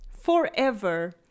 Forever